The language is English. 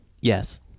Yes